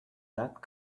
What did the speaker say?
that